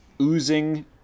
oozing